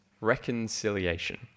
reconciliation